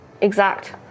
Exact